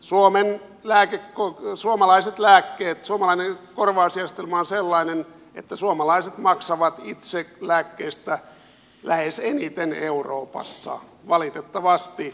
ja edustaja savola suomalaiset lääkkeet suomalainen korvausjärjestelmä on sellainen että suomalaiset maksavat itse lääkkeistä lähes eniten euroopassa valitettavasti